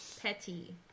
Petty